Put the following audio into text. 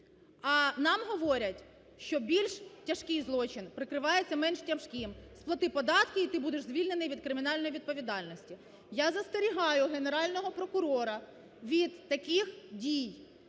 а нам говорять, що більш тяжкий злочин прикривається менш тяжким: сплати податки і ти будеш звільнений від кримінальної відповідальності. Я застерігаю Генерального прокурора від таких дій,